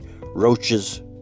Roaches